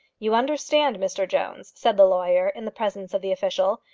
you understand, mr jones, said the lawyer in the presence of the official,